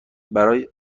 برای